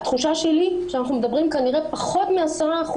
התחושה שלי היא שאנחנו מדברים כנראה על פחות מ-10%